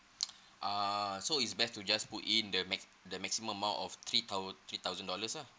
uh so it's best to just put in the max~ the maximum amount of three thou~ three thousand dollars lah